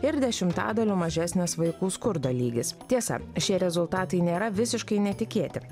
ir dešimtadaliu mažesnis vaikų skurdo lygis tiesa šie rezultatai nėra visiškai netikėti